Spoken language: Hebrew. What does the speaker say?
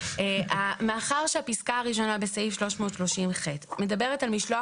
מאחר שהפסקה הראשונה בסעיף 330ח מדברת על משלוח